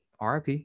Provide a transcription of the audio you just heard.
RIP